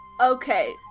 Okay